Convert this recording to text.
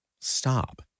Stop